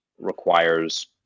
requires